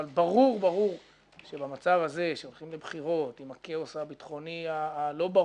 אבל ברור שבמצב הזה שהולכים לבחירות עם הכאוס הביטחוני הלא ברור,